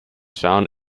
found